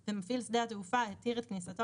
(א) ומפעיל שדה התעופה התיר את כניסתו